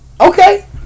Okay